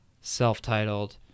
self-titled